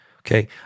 okay